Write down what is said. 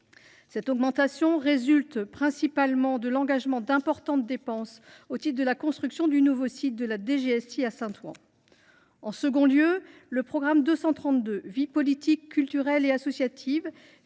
Cette augmentation résulte principalement de l’engagement d’importantes dépenses au titre de la construction du nouveau site de la DGSI à Saint Ouen. En deuxième lieu, le programme 232 « Vie politique », qui finance l’exercice des